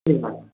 ঠিক আছে